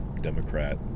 Democrat